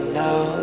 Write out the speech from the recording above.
now